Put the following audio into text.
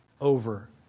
over